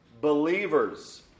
believers